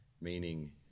Meaning